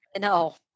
No